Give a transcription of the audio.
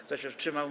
Kto się wstrzymał?